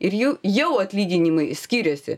ir jų jau atlyginimai skiriasi